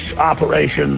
operations